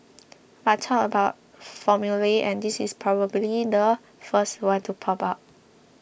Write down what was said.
but talk about formulae and this is probably the first one to pop up